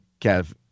kev